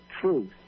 truth